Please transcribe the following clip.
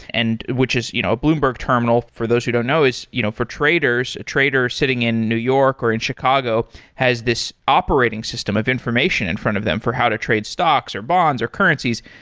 and which is you know a bloomberg terminal, for those who don't know is you know for traders, a trader sitting in new york or in chicago has this operating system of information in front of them for how to trade stocks, or bonds, or currencies,